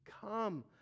come